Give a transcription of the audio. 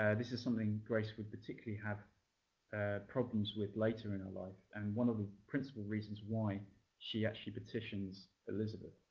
and this is something grace would particularly have problems with later in her life and one of the principal reasons why she actually petitions elizabeth.